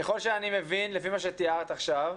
ככל שאני מבין, לפי מה שתיארת עכשיו,